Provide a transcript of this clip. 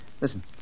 Listen